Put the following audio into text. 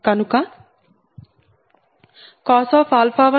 కనుక 1 2 0 1